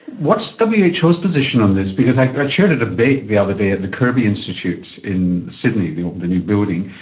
what's the who's position on this, because i chaired a debate the other day at the kirby institute in sydney, they opened a new building,